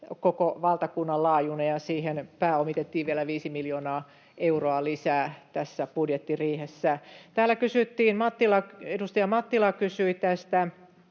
koko valtakunnan laajuinen, ja siihen pääomitettiin vielä 5 miljoonaa euroa lisää tässä budjettiriihessä. Edustaja Mattila kysyi tästä